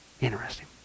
Interesting